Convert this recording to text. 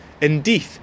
indeed